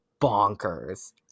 bonkers